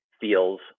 feels